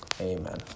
amen